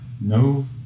no